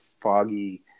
foggy